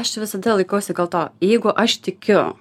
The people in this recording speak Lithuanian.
aš visada laikausi gal to jeigu aš tikiu